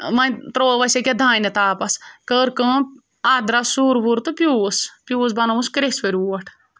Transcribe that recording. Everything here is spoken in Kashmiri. وۄنۍ ترٛوو اَسہِ ییٚکیٛاہ دانہِ تاپَس کٔر کٲم اَتھ درٛاو سُر وُر تہٕ پیوٗس پیوٗس بَنووُس کرٛیژھۍ ؤرۍ اوٹ